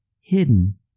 hidden